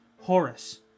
Horus